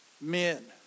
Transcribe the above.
Men